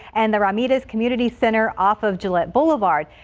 and the romney does community center off of gillette boulevard.